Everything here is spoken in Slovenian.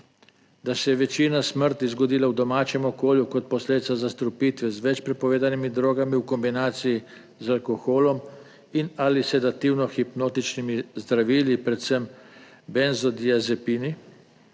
da se je večina smrti zgodila v domačem okolju kot posledica zastrupitve z več prepovedanimi drogami v kombinaciji z alkoholom in ali sedativno hipnotičnimi zdravili, predvsem benzodiazepini,